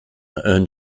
earned